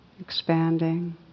expanding